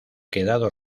quedado